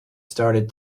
started